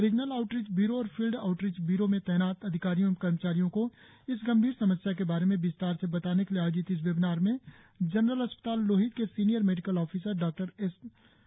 regional outreach bureau और field outreach bureau में तैनात अधिकारियों एवं कर्मचारियों को इस गंभीर समस्या के बारे में विस्तार से बताने के लिए आयोजित इस वेबिनार में जनरल अस्पताल लोहित के senior medical officer Dr S Towang ने एक्सपर्ट के तौर पर हिस्सा लिया